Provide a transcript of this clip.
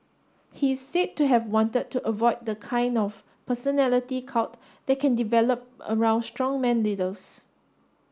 he is said to have wanted to avoid the kind of personality cult that can develop around strongman leaders